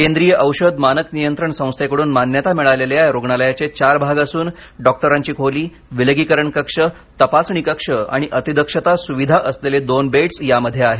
केंद्रीय औषध मानक नियंत्रण संस्थेकडून याला मान्यता मिळालेल्या या रुग्णालयाचे चार भाग असून डॉक्टरांची खोली विलगीकरण कक्ष तपासणी कक्ष आणि अतिदक्षता सुविधा असलेले दोन बेड्स यामध्ये आहेत